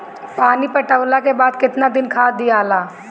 पानी पटवला के बाद केतना दिन खाद दियाला?